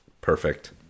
Perfect